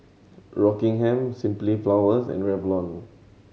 Rockingham Simply Flowers and Revlon